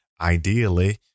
ideally